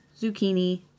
zucchini